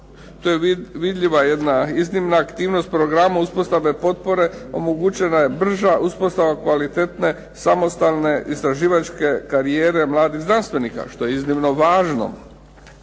to je vidljiva jedna aktivnost programa. Uspostave potpore omogućena je brža uspostava kvalitetne samostalne istraživačke karijere mladih znanstvenika. Što je iznimno važno.